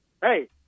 hey